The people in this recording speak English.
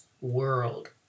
world